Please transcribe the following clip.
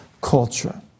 culture